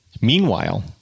Meanwhile